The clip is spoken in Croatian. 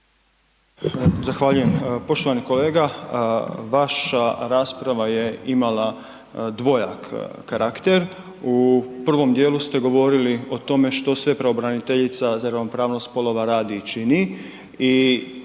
Zahvaljujem. Poštovani kolega, vaša rasprava je imala dvojak karakter. U prvom dijelu ste govorili o tome što sve pravobraniteljica za ravnopravnost spolova radi i čini